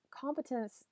competence